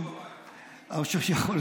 או שהשוטרים נשארו בבית.